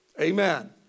Amen